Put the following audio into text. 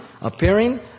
Appearing